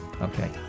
okay